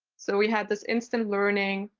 so we had this instant learning,